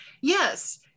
Yes